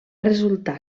resultar